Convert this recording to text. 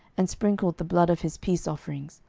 and sprinkled the blood of his peace offerings,